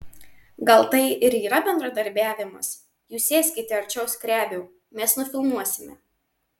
gal tai ir yra bendradarbiavimas jūs sėskite arčiau skrebio mes nufilmuosime